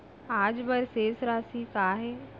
आज बर शेष राशि का हे?